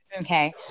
Okay